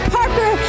Parker